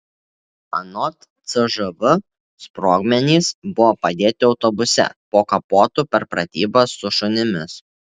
anot cžv sprogmenys buvo padėti autobuse po kapotu per pratybas su šunimis